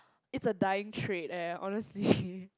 it's a dying trait eh honestly